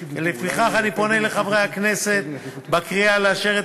ולפיכך אני פונה לחברי הכנסת בקריאה לאשר את